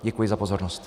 Děkuji za pozornost.